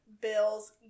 Bill's